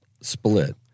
split